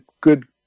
good